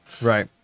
Right